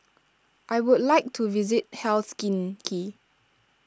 I would like to visit Helsinki